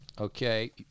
okay